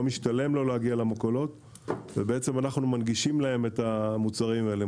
לא משתלם לו להגיע למכולות ואנחנו מנגישים להם את המוצרים האלה.